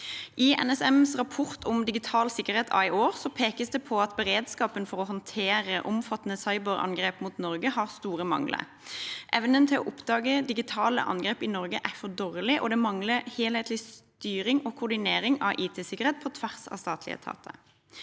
I NSMs rapport om digital sikkerhet av i år pekes det på at beredskapen for å håndtere omfattende cyberangrep mot Norge har store mangler. Evnen til å oppdage digitale angrep i Norge er for dårlig, og det mangler en helhetlig styring og koordinering av IT-sikkerhet på tvers av statlige etater.